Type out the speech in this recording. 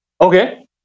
Okay